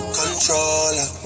controller